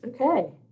Okay